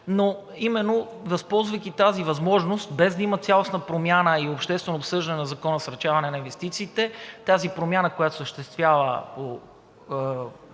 но именно използвайки тази възможност, без да има цялостна промяна и обществено обсъждане на Закона за насърчаване на инвестициите, тази промяна, която се осъществява